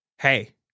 hey